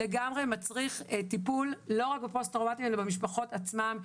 לגמרי מצריך טיפול לא רק בפוסט טראומטי אלא במשפחות עצמן,